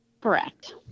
Correct